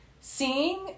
seeing